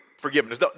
forgiveness